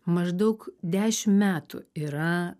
maždaug dešim metų yra